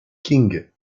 king